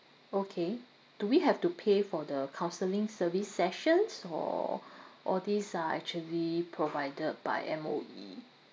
okay do we have to pay for the counselling service sessions or all these are actually provided by M_O_E